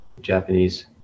Japanese